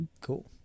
Cool